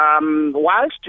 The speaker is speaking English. Whilst